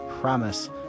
Promise